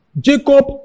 Jacob